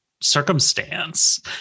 circumstance